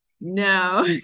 No